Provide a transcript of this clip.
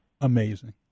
amazing